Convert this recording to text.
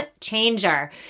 changer